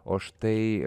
o štai